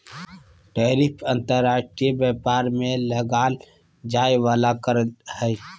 tariff अंतर्राष्ट्रीय व्यापार में लगाल जाय वला कर हइ